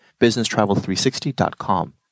businesstravel360.com